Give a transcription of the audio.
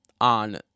on